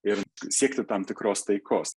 ir siekti tam tikros taikos